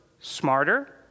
smarter